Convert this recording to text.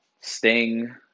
Sting